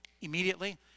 immediately